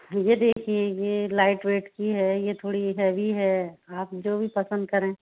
ये देखिए ये लाइट वेट की है ये थोड़ी हैवी है आप जो भी पसंद करें